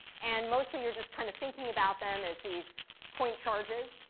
and mostly you're just kind of thinking about them as these point charges.